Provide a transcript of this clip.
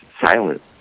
silent